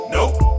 Nope